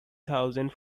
thousand